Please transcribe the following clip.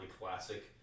classic